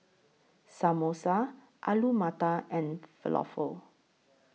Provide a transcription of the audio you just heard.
Samosa Alu Matar and Falafel